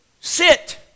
sit